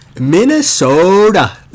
Minnesota